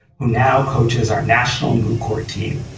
who now coaches our national moot court team.